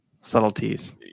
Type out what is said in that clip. subtleties